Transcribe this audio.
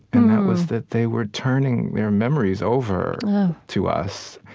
and that was that they were turning their memories over to us.